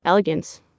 Elegance